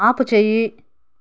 ఆపుచేయి